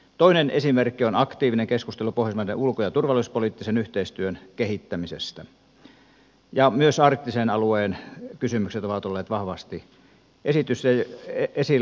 toinen esimerkki on aktiivinen keskustelu pohjoismaiden ulko ja turvallisuuspoliittisen yhteistyön kehittämisestä ja myös arktisen alueen kysymykset ovat olleet vahvasti esillä